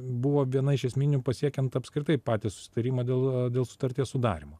buvo viena iš esminių pasiekiant apskritai patį susitarimą dėl sutarties sudarymo